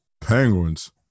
Penguins